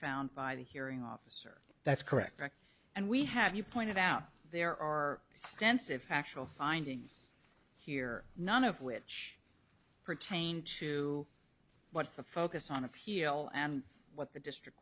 found by the hearing officer that's correct and we have you pointed out there are extensive factual findings here none of which pertain to what's the focus on appeal and what the district